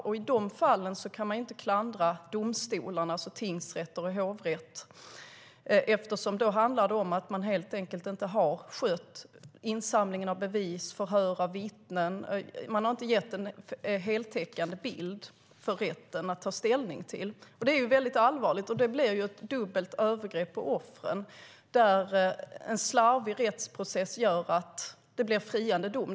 I de fallen kan man inte klandra domstolarna, alltså tingsrätt och hovrätt, eftersom det då handlar om att man helt enkelt inte har skött insamlingen av bevis eller förhör av vittnen. Man har inte gett en heltäckande bild för rätten att ta ställning till. Det är väldigt allvarligt, och det blir ett dubbelt övergrepp på offren där en slarvig rättsprocess leder till en friande dom.